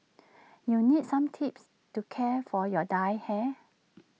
you need some tips to care for your dyed hair